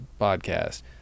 podcast